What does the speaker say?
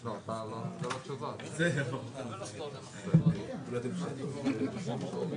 ולא נראה פה עוד ועוד העברה?